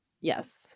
yes